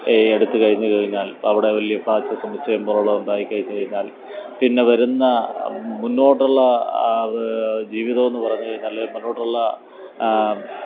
എടുത്ത് കഴിഞ്ഞ് കഴിഞ്ഞാല് അവിടെ വലിയ ഫ്ലാറ്റ് സമുച്ചയം പോലുള്ളത് ഉണ്ടായിക്കഴിഞ്ഞ് കഴിഞ്ഞാല് പിന്നെ വരുന്ന മുന്നോട്ടുള്ള ജീവിതം എന്ന് പറഞ്ഞ് കഴിഞ്ഞാൽ മുന്നോട്ടുള്ള